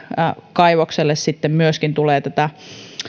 kaivokselle myöskin tätä